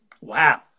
Wow